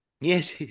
Yes